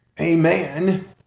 Amen